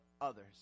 others